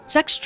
Sex